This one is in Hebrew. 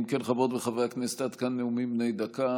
אם כן, חברות וחברי הכנסת, עד כאן נאומים בני דקה.